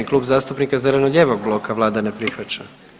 Klub zastupnika zeleno-lijevog bloka, vlada ne prihvaća.